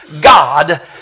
God